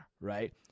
right